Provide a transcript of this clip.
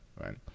Right